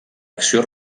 acció